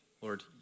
Lord